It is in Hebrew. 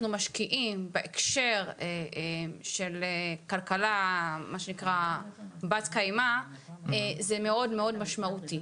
משקיעים בהקשר של כלכלה בת קיימא זה מאוד משמעותי.